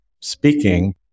speaking